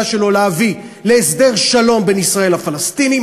שלו להביא להסדר שלום בין ישראל לפלסטינים,